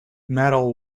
metal